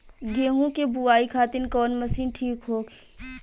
गेहूँ के बुआई खातिन कवन मशीन ठीक होखि?